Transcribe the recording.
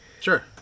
Sure